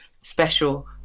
special